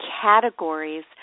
categories